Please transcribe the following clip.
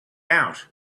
out